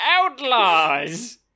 outlaws